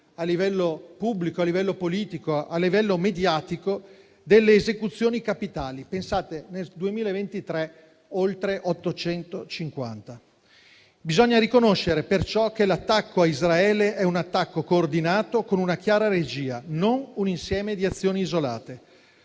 a livello pubblico, politico e mediatico, delle esecuzioni capitali (pensate che nel 2023 sono state oltre 850). Bisogna riconoscere perciò che quello a Israele è un attacco coordinato con una chiara regia e non un insieme di azioni isolate.